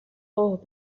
اوه